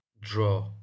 draw